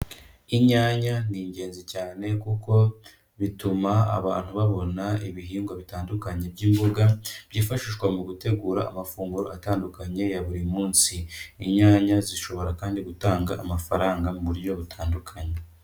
Inyanya ni ingenzi cyane kuko bituma abantu babona ibihingwa bitandukanye by'imboga, byifashishwa mu gutegura amafunguro atandukanye ya buri munsi. Inyanya zishobora kandi gutanga amafaranga mu buryo butandukanye.